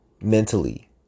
mentally